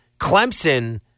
Clemson